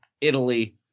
Italy